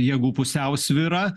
jėgų pusiausvyrą